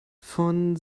von